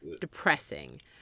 depressing